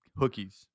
hookies